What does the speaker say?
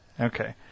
Okay